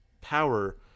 power